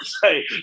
say